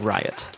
Riot